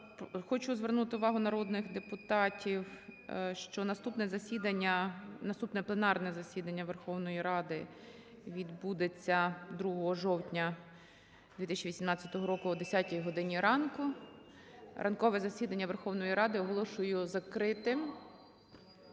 Хочу звернути увагу народних депутатів, що наступне засідання, наступне пленарне засідання Верховної Ради відбудеться 2 жовтня 2018 року о 10 годині ранку. Ранкове засідання Верховної Ради оголошую закритим.